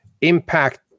impact